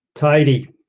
tidy